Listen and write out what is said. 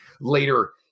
later